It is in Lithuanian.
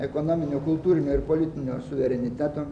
ekonominio kultūrinio ir politinio suvereniteto